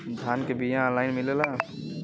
धान के बिया ऑनलाइन मिलेला?